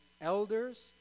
elders